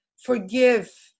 Forgive